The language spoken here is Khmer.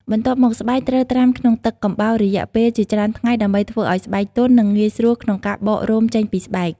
បន្ទាប់មកស្បែកត្រូវត្រាំក្នុងទឹកកំបោររយៈពេលជាច្រើនថ្ងៃ ដើម្បីធ្វើឱ្យស្បែកទន់ និងងាយស្រួលក្នុងការបករោមចេញពីស្បែក។